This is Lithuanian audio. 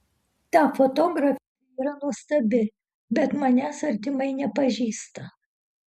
ta fotografė yra nuostabi bet manęs artimai nepažįsta